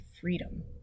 freedom